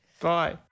Bye